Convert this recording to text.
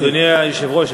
אדוני היושב-ראש,